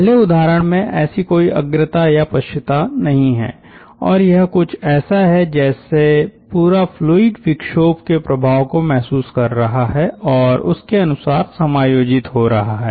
पहले उदाहरण में ऐसी कोई अग्रता या पश्चता नहीं है और यह कुछ ऐसा है जैसे पूरा फ्लूइड विक्षोभ के प्रभाव को महसूस कर रहा है और उस के अनुसार समायोजित हो रहा है